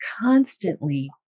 constantly